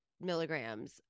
milligrams